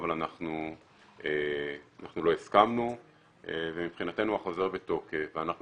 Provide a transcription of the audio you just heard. אבל אנחנו לא הסכמנו ומבחינתנו החוזר בתוקף ואנחנו